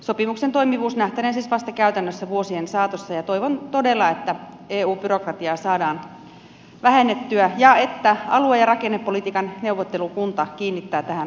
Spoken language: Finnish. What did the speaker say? sopimuksen toimivuus nähtäneen siis vasta käytännössä vuosien saatossa ja toivon todella että eu byrokratiaa saadaan vähennettyä ja että alue ja rakennepolitiikan neuvottelukunta kiinnittää tähän huomiota